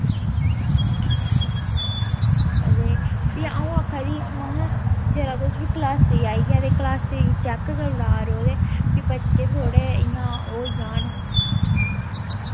ते भी अंऊ आक्खा दी ही महां जेल्लै तुस बी क्लॉसै ई आइयै चैक करी लै करो ते भी बच्चे थुआढ़े ओह् होई जान